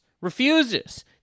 refuses